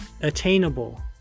attainable